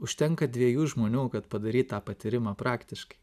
užtenka dviejų žmonių kad padaryt tą patyrimą praktiškai